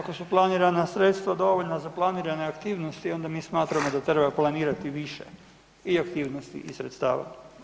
Ako su planirana sredstva dovoljna za planirane aktivnosti onda mi smatrao da treba planirati više i aktivnosti i sredstava.